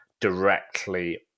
directly